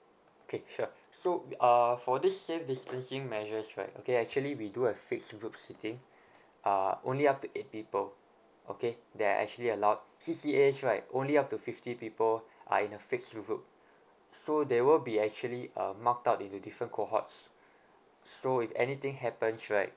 okay sure so uh for this safe distancing measures right okay actually we do have fixed group seating uh only up to eight people okay that are actually allowed C_C_As right only up to fifty people are in a fixed group so they will be actually uh marked out into different cohorts so if anything happens right